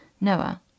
Noah